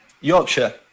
Yorkshire